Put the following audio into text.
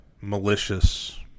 malicious